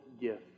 gift